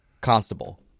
constable